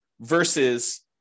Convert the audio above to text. versus